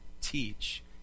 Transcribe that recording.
teach